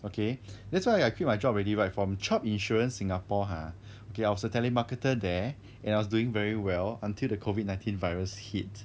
okay that's why I quit my job already right from chubb insurance singapore ha okay I was a telemarketer there and I was doing very well until the COVID nineteen virus hit